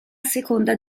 seconda